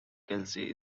kelsey